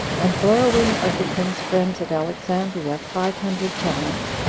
and borrowing of the king's friends at alexandria five hundred talents,